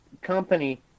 company